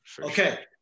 okay